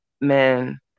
man